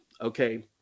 okay